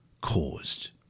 caused